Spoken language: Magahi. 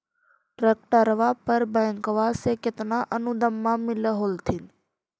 ट्रैक्टरबा पर बैंकबा से कितना अनुदन्मा मिल होत्थिन?